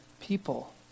people